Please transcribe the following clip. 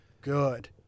good